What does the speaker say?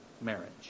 marriage